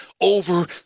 over